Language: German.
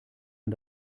man